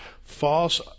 false